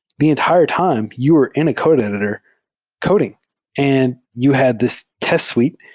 the entire time, you were in a code editor coding and you had this test suite,